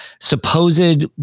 supposed